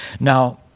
Now